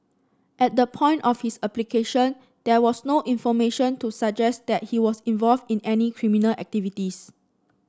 at the point of his application there was no information to suggest that he was involved in any criminal activities